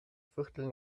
viertel